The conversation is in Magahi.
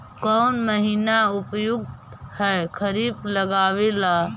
कौन महीना उपयुकत है खरिफ लगावे ला?